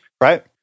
Right